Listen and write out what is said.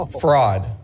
Fraud